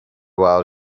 while